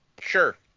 sure